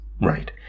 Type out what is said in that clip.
right